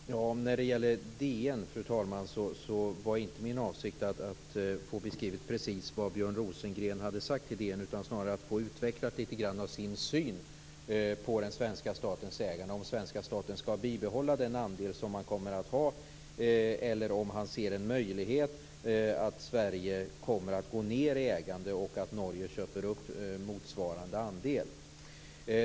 Fru talman! När det gäller DN var det inte min avsikt att få beskrivit precis vad Björn Rosengren hade sagt till DN utan snarare att få utvecklat lite grann hans syn på den svenska statens ägande, om den svenska staten skall bibehålla den andel som man kommer att ha eller om han ser en möjlighet att Sverige kommer att minska sitt ägande och att Norge köper upp motsvarande andel.